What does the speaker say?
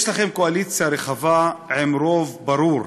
יש לכם קואליציה רחבה עם רוב ברור,